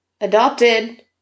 adopted